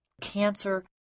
cancer